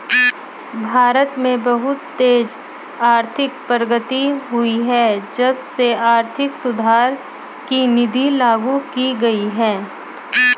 भारत में बहुत तेज आर्थिक प्रगति हुई है जब से आर्थिक सुधार की नीति लागू की गयी है